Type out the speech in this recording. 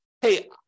hey